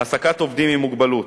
העסקת עובדים עם מוגבלות,